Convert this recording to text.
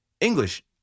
English